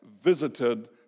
visited